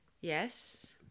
Yes